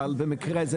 אבל במקרה זה,